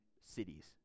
cities